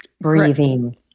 Breathing